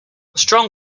strong